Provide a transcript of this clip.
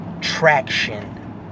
Traction